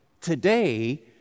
today